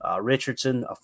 Richardson